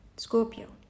Scorpio